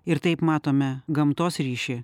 ir taip matome gamtos ryšį